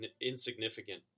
insignificant